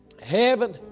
Heaven